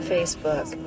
Facebook